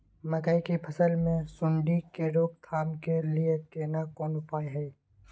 मकई की फसल मे सुंडी के रोक थाम के लिये केना कोन उपाय हय?